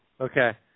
Okay